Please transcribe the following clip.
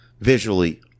visually